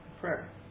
Prayer